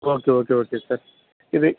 okay okay okay sir இது